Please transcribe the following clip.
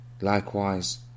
Likewise